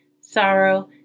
sorrow